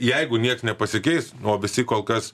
jeigu nieks nepasikeis o visi kol kas